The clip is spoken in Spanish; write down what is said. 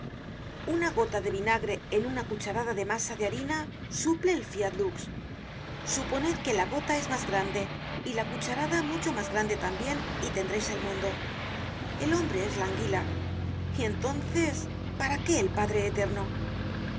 una gota de vinagre en una cucharada de masa de harina suple el ai lux suponed que la gota es mas grande y la cucharada mucho mas grande tambien y tendreis el mundo el hombre es la anguila y entonces para qué el padre eterno